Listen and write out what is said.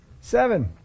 Seven